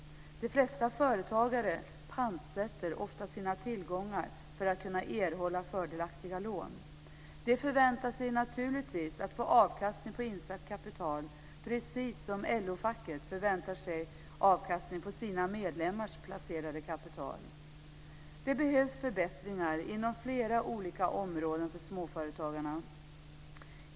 De flesta företagare pantsätter ofta sina tillgångar för att kunna erhålla fördelaktiga lån. De förväntar sig naturligtvis att få avkastning på insatt kapital, precis som LO-facket förväntar sig avkastning på sina medlemmars placerade kapital. Det behövs förbättringar inom flera olika områden för småföretagarna.